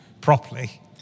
properly